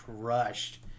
crushed